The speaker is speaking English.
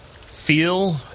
feel